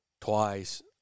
twice